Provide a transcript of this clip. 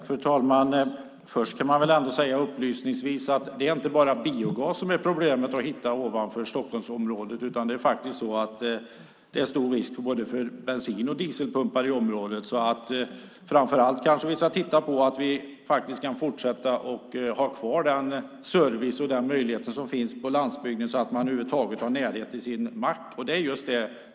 Fru talman! Upplysningsvis vill jag säga att det inte bara är problem att hitta biogas norr om Stockholmsområdet. Det är också stor risk att både bensin och dieselpumpar försvinner där. Vi kanske framför allt ska titta på hur vi kan fortsätta att ha kvar den service som finns på landsbygden så att man över huvud taget har närhet till en mack.